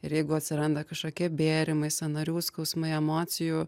ir jeigu atsiranda kažkokie bėrimai sąnarių skausmai emocijų